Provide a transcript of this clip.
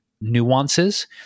nuances